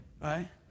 right